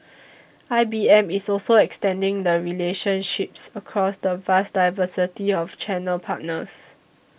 I B M is also extending the relationships across the vast diversity of channel partners